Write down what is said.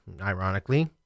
ironically